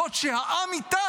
זאת שהעם איתה,